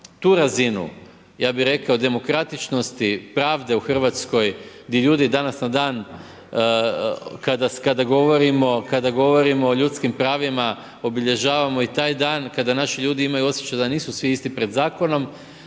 tu razinu, ja bi rekao demokratičnosti, pravde u Hrvatskoj, gdje ljudi danas na dan kada govorimo o ljudskim pravima obilježavamo i taj dan, kada naši ljudi imaju osjećaj da nisu svi isti pred zakonom,